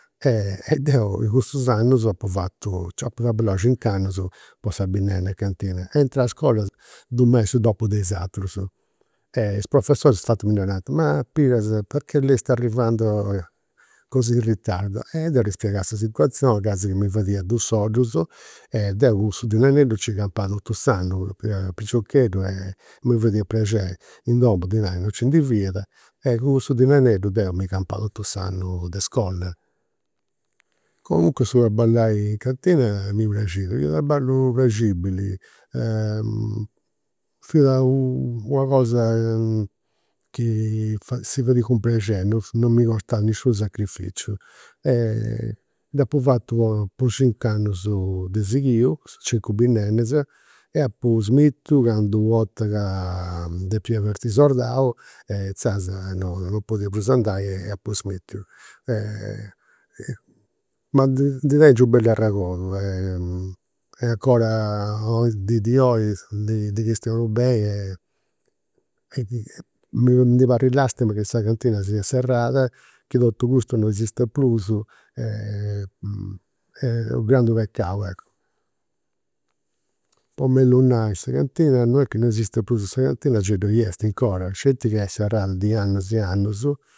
E deu in cussus annus apu fatu, nci apu traballau cinc'annus, po sa binnenna in cantina. E intrà a iscola dus mesis dopu de is aterus. Is professoris infati mi narant, ma Piras perchè lei sta arrivando così in ritardo, e deu ddi spiegà sa situazioni, gasi chi mi fadia dus soddus e deu cun cussu dinareddu nci campà totu s'annu, poita ca piciocheddu e mi fadia prexeri. In domu dinai non nci ndi fiat e cussu dinareddu deu mi campau totu s'annu de iscola. Comunque su traballai in cantina mi praxiat, fiat u' traballu praxibili, fiat una cosa chi si fadiat cun prexeri, non mi costat nisciunu sacrificiu. Dd'apu fatu po cinc'annus de sighiu, cincu binnennas, e apu smitiu candu, u' 'orta ca depia partiri sordau e inzaras non podia prus andai e apu smittiu. Ma ndi tengiu u' bellu arregodu e 'ncora in dis di oi, ndi ndi chistionu beni e mi ndi parrit lastima chi sa cantina siat serrada, chi totu custu non esistit prus, est u' grandu pecau. Po mellu nai, sa cantina non est chi non esisti prus, sa cantina gei ddoi est 'ncora, sceti chi est serrada di annus e annus